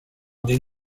des